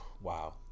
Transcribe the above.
Wow